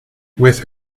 with